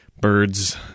birds